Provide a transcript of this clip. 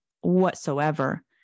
whatsoever